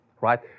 right